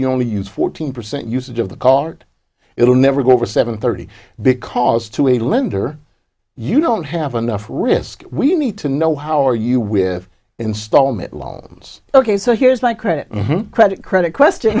you only use fourteen percent usage of the card it will never go over seven thirty because to a lender you don't have enough risk we need to know how are you with installment loan ok so here's my credit and credit credit question